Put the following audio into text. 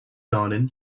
darwin